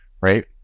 right